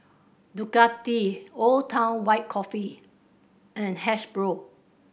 Ducati Old Town White Coffee and Hasbro